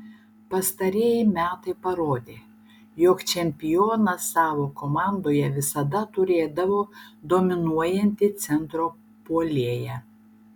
pastarieji metai parodė jog čempionas savo komandoje visada turėdavo dominuojantį centro puolėją